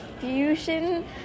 fusion